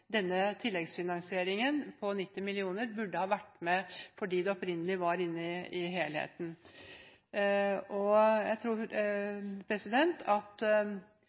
denne tilleggsfinansieringen på 90 mill. kr burde ha vært med, fordi det opprinnelig var inne i helheten. Jeg tror at